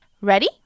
ready